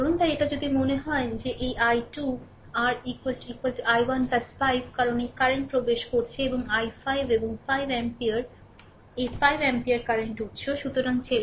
তাই এটা যদি মনে হয় যে এই I2 এই I2 r I1 5 কারণ এই কারেন্ট প্রবেশ করছে এবং i5 এবং 5 এমপিয়ার এই 5 এমপিয়ার কারেন্ট উত্স